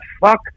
fuck